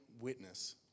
witness